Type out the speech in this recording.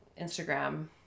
Instagram